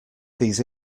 these